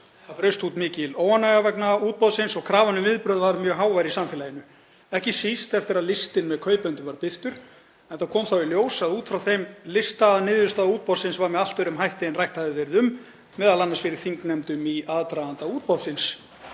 Það braust út mikil óánægja vegna útboðsins og krafan um viðbrögð var mjög hávær í samfélaginu, ekki síst eftir að listinn með kaupendum var birtur, enda kom í ljós út frá þeim lista að niðurstaða útboðsins var með allt öðrum hætti en rætt hafði verið um, m.a. fyrir þingnefndum í aðdraganda útboðsins.